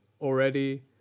already